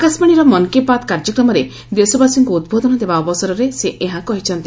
ଆକାଶବାଶୀର ମନ୍ କୀ ବାତ୍ କାର୍ଯ୍ୟକ୍ରମରେ ଦେଶବାସୀଙ୍କୁ ଉଦ୍ବୋଦନ ଦେବା ଅବସରରେ ସେ ଏହା କହିଛନ୍ତି